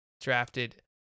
drafted